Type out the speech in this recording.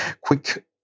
quick